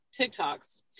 TikToks